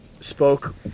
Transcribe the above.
spoke